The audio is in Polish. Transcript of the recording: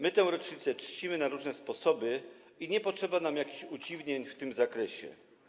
My tę rocznicę czcimy na różne sposoby i nie potrzeba nam jakiś udziwnień w tym zakresie.